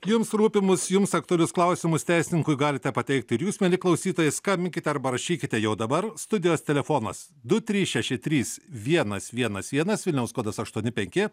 jums rūpimus jums aktualius klausimus teisininkui galite pateikti ir jūs mieli klausytojai skambinkite arba rašykite jau dabar studijos telefonas du trys šeši trys vienas vienas vienas vilniaus kodas aštuoni penki